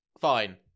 Fine